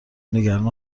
نگران